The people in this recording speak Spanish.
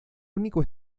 único